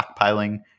stockpiling